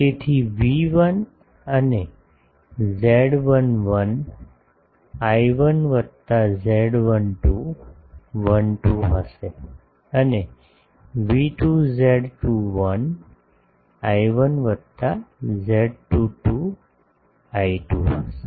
તેથી V1 એ Z11 I1 વત્તા Z12 I2 હશે અને V2 Z21 I1 વત્તા Z22 I2 હશે